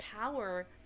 power